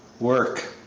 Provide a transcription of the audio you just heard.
work!